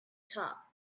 top